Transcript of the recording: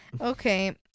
Okay